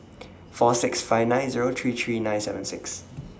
four six five nine Zero three three nine seven six